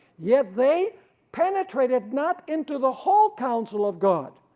yet they penetrated not into the whole counsel of god,